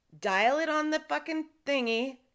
dial-it-on-the-fucking-thingy